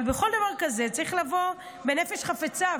אבל בכל דבר כזה צריך לבוא בנפש חפצה,